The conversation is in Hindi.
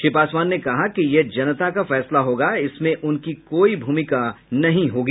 श्री पासवान ने कहा कि यह जनता का फैसला होगा इससे उनकी कोई भूमिका नहीं होगी